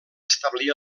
establir